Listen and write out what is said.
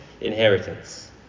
inheritance